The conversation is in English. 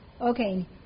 okay